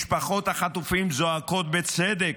משפחות החטופים זועקות בצדק,